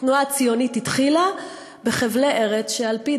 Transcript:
התנועה הציונית התחילה בחבלי ארץ שעל-פי